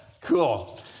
Cool